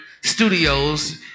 studios